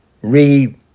re